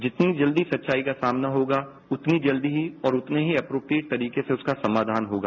जितनी जल्दी सच्चाईका सामना होगा उतनी जल्दी ही और उतनी ही एप्रोप्रीएट तरीके से उसका समाधान होगा